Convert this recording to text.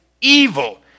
evil